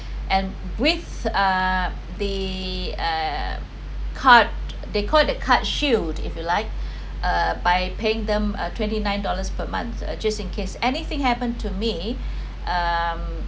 and with uh the uh card they call it the card shield if you like uh by paying them a twenty nine dollars per month uh just in case anything happen to me um